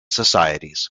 societies